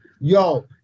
Yo